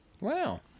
Wow